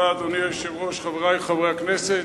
אדוני היושב-ראש, תודה, חברי חברי הכנסת,